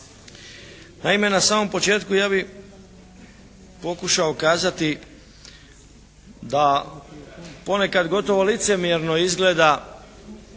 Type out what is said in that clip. Naime, na samom početku ja bih pokušao kazati da ponekad gotovo licemjerno izgleda